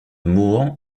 mohan